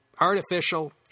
artificial